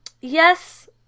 yes